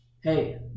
Hey